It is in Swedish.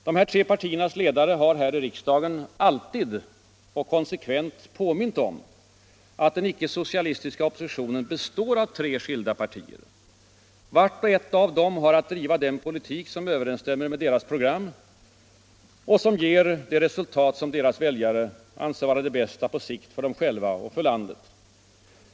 De här tre partiernas ledare har i riksdagen alltid och konsekvent påmint om att den ickesocialistiska oppositionen består av tre skilda partier. Vart och ett av dem har att driva den politik som överensstämmer med dess program och som ger det resultat som dess väljare anser vara det bästa på sikt för dem själva och landet.